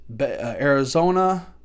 Arizona